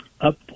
up